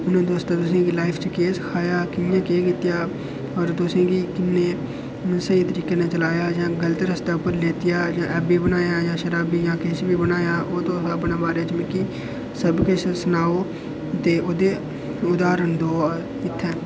उ'नें दोस्तें तुसें ई अपनी लाईफ च केह् सखाया कि'यां केह् कीता होर तुसें गी किन्ने स्हेई तरीके कन्नै चलाया जां गलत रस्ते उप्पर लैता जां ऐब्बी बनाया जां शराबी किश बी बनाया ओह् तुस अपने बारे च मिगी सबकिश सनाओ ते ओह्दा उदाहरण देओ इत्थै